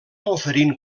oferint